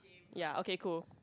ya okay cool